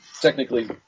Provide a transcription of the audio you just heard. technically